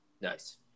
Nice